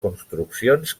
construccions